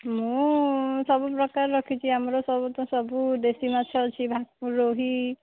ମୁଁ ସବୁପ୍ରକାର ରଖିଛି ଆମର ସବୁ ଦେଶୀ ମାଛ ଅଛି ଭାକୁର ରୋହି